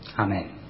Amen